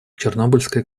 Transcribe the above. чернобыльская